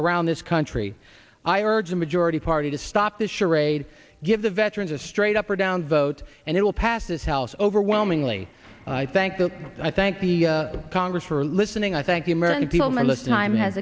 around this country i urge the majority party to stop the charade give the veterans a straight up or down vote and it will pass this house overwhelmingly i thank the i thank the congress for listening i thank you american people my list time has